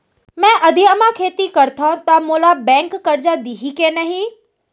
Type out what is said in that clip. मैं अधिया म खेती करथंव त मोला बैंक करजा दिही के नही?